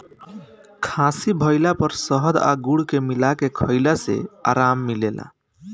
खासी भइला पर शहद आ गुड़ के मिला के खईला से आराम मिलेला